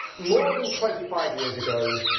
more than twenty five years ago,